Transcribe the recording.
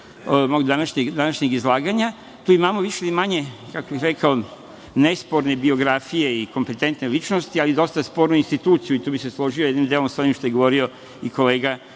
delu današnjeg izlaganja. Tu imamo više ili manje nesporne biografije i kompetentne ličnosti, ali dosta spornu instituciju i tu bih se složio sa jednim delom u onome što je govorio i kolega